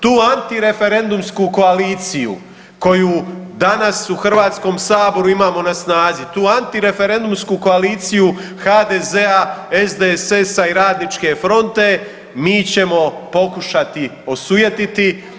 Tu antireferendumsku koaliciju koju danas u Hrvatskom saboru imamo na snazi, tu antireferendumsku koaliciju HDZ-a, SDSS-a i Radničke fronte mi ćemo pokušati osujetiti.